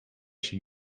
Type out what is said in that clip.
się